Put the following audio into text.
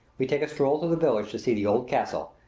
we take a stroll through the village to see the old castle,